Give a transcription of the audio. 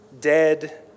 dead